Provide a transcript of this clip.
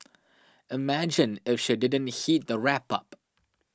imagine if she didn't heat the wrap up